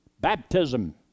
baptism